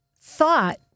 thought